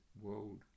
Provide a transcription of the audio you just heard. World